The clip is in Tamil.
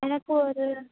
எனக்கு ஒரு